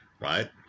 right